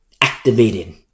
Activated